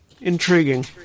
Intriguing